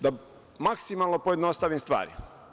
Da maksimalno pojednostavim stvari.